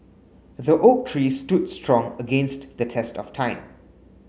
the oak tree stood strong against the test of time